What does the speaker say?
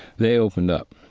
they opened up.